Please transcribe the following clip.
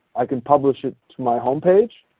i can publish it to my home page.